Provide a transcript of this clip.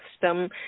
system